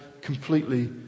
completely